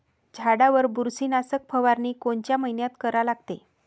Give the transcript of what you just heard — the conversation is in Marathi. झाडावर बुरशीनाशक फवारनी कोनच्या मइन्यात करा लागते?